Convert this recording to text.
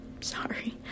sorry